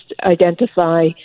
identify